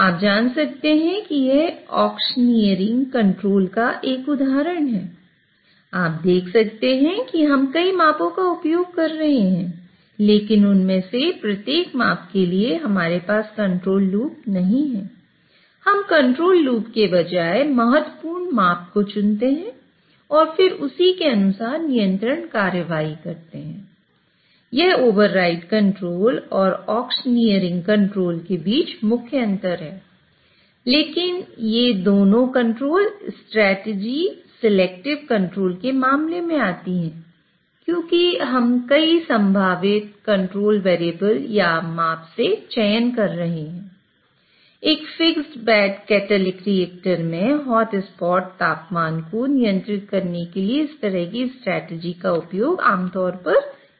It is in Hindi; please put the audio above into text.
आप जान सकते हैं यह एक ऑक्शनियरिंग कंट्रोल में हॉटस्पॉट तापमान को नियंत्रित करने के लिए इस तरह की स्ट्रेटजी का उपयोग आमतौर पर किया जाता है